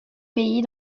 pays